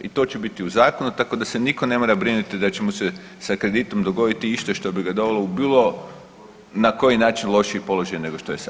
I to će biti u zakonu tako da se niko ne mora brinuti da će mu se sa kreditom dogoditi isto što bi ga dovelo u bilo na koji način lošiji položaj nego što je sad.